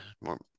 more